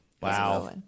wow